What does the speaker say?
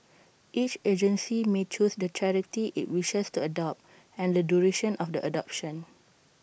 each agency may choose the charity IT wishes to adopt and the duration of the adoption